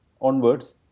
onwards